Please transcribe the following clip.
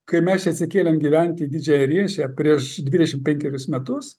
kai mes atsikėlėm gyvent į didžiąją riešę prieš dvidešim penkerius metus